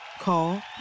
Call